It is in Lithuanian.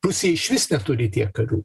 rusija išvis neturi tiek karių